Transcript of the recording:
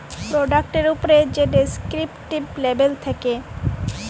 পরডাক্টের উপ্রে যে ডেসকিরিপ্টিভ লেবেল থ্যাকে